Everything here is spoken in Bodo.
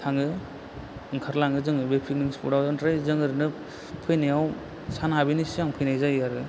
थाङो ओंखारलाङो जोङो बे फिकनिक स्फदाव ओमफ्राय जों ओरैनो फैनायाव सान हाबैनि सिगां फैनाय जायो आरो